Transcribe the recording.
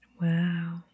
Wow